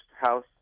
house